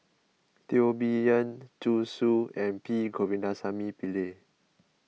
Teo Bee Yen Zhu Xu and P Govindasamy Pillai